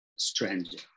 Stranger